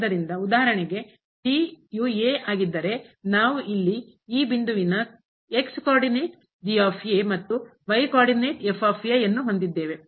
ಆದ್ದರಿಂದ ಉದಾಹರಣೆಗೆ ಆಗಿದ್ದರೆ ನಾವು ಇಲ್ಲಿ ಈ ಬಿಂದುವಿನ ಕೋ ಆರ್ಡಿನೇಟ್ ಮತ್ತು ಕೋ ಆರ್ಡಿನೇಟ್ ಹೊಂದಿದ್ದೇವೆ